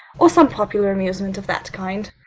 or some popular amusement of that kind.